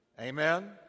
Amen